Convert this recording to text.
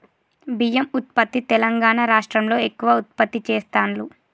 బియ్యం ఉత్పత్తి తెలంగాణా రాష్ట్రం లో ఎక్కువ ఉత్పత్తి చెస్తాండ్లు